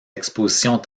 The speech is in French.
expositions